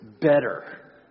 better